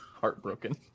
Heartbroken